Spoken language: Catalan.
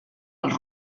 als